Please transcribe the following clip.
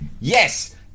yes